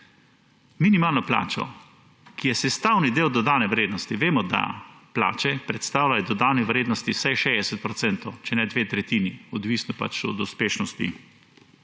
minimalno plačo, ki je sestavni del dodane vrednosti – vemo, da plače predstavljajo dodane vrednosti vsaj 60 procentov, če ne dve tretjini, odvisno pač od uspešnosti